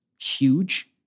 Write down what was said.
huge